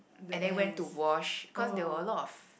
and then went to wash cause there were a lot of